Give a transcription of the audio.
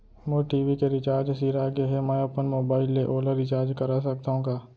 मोर TV के recharge सिरा गे हे, मैं अपन मोबाइल ले ओला रिचार्ज करा सकथव का?